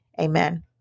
Amen